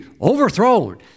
overthrown